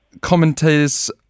commentators